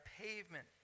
pavement